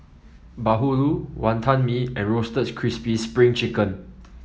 bahulu Wantan Mee and Roasted Crispy Spring Chicken